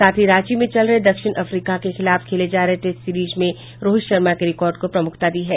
साथ ही रांची में चल रहे दक्षिण अफ्रीका के खिलाफ खेले जा रहे टेस्ट सीरिज में रोहित शर्मा के रिकॉर्ड को प्रमुखता दी है